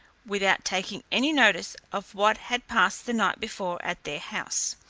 without taking any notice of what had passed the night before at their house.